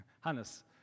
Hannes